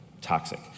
toxic